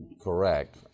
correct